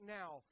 now